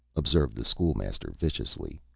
observed the school-master, viciously.